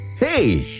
hey!